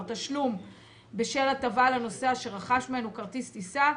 תשלום בשל הטבה לנוסע שרכש ממנו כרטיס טיסה,